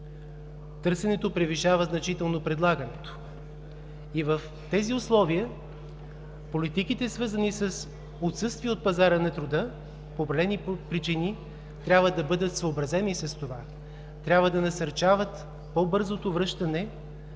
Търсенето превишава значително предлагането и в тези условия политиките, свързани с отсъствие от пазара на труда, по определени причини трябва да бъдат съобразени с това. Трябва да насърчават по-бързото връщане